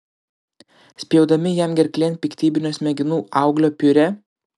spjaudami jam gerklėn piktybinio smegenų auglio piurė